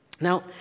now